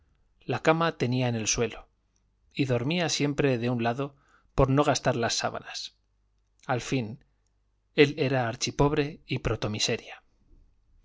la cama tenía en el suelo y dormía siempre de un lado por no gastar las sábanas al fin él era archipobre y